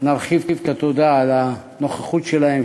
נרחיב את התודה על הנוכחות שלהן,